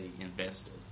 invested